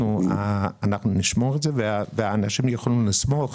אנחנו נשמור את זה והאנשים יוכלו לסמוך